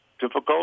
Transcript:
difficult